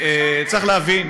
צריך להבין,